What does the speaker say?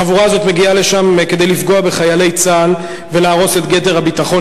החבורה הזאת מגיעה לשם כדי לפגוע בחיילי צה"ל ולהרוס את גדר הביטחון,